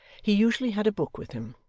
he usually had a book with him,